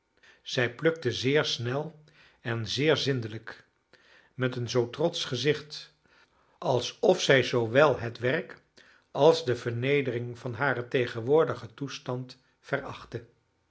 zij plukte zeer snel en zeer zindelijk met een zoo trotsch gezicht alsof zij zoowel het werk als de vernedering van haren tegenwoordigen toestand verachtte